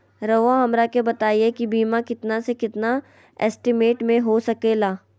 रहुआ हमरा के बताइए के बीमा कितना से कितना एस्टीमेट में हो सके ला?